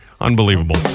Unbelievable